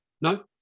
No